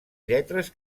lletres